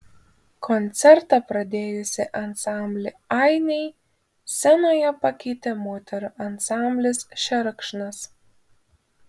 koncertą pradėjusį ansamblį ainiai scenoje pakeitė moterų ansamblis šerkšnas